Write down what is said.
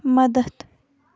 مَدَتھ